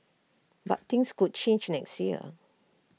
but things could change next year